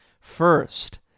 first